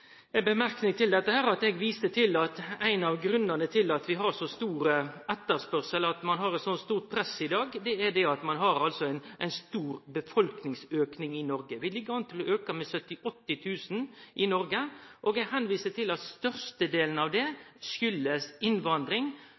eg viste til at ein av grunnane til at vi har så stor etterspurnad – så stort press – i dag, er at vi har ein stor befolkningsauke i Noreg. Vi ligg an til å auke med 70 000–80 000 i Noreg, og eg viser til at størstedelen av dette kjem på grunn av innvandring frå utlandet. Mykje arbeidsinnvandring fører til at vi blir fleire i dette landet. Det